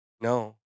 no